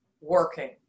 working